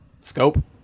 Scope